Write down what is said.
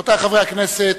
רבותי חברי הכנסת,